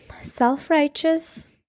self-righteous